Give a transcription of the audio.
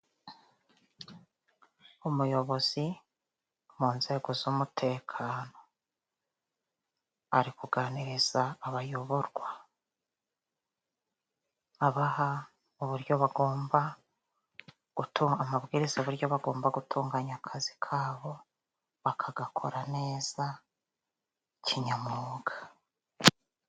Umuyobozi mu nzego z'umutekano ari kuganiriza abayoborwa, abaha uburyo bagomba gutuma amabwiriza, y'uburyo bagomba gutunganya akazi kabo bakagakora neza kinyamwuga.